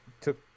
took